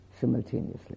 simultaneously